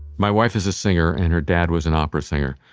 my wife is a singer and her dad was an opera singer,